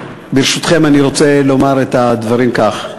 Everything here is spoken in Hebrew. אני רוצה לומר את הדברים כך.